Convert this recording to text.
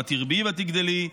ותרבי ותגדלי,